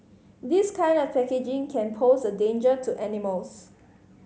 this kind of packaging can pose a danger to animals